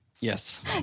Yes